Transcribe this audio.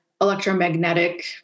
electromagnetic